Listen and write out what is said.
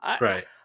Right